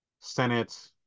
Senate